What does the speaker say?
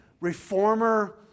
reformer